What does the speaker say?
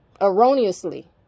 erroneously